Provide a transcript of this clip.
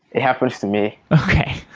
it happens to me okay.